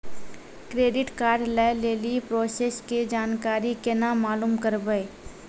Credit card लय लेली process के जानकारी केना मालूम करबै?